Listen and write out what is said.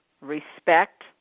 respect